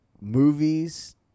movies